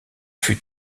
fut